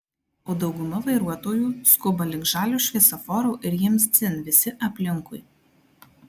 o dauguma vairuotojų skuba link žalio šviesoforo ir jiems dzin visi aplinkui